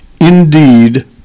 indeed